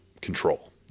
control